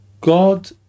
God